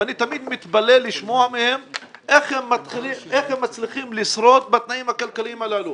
אני תמיד מתפלא לשמוע מהם איך הם מצליחים לשרוד בתנאים הכלכליים הללו.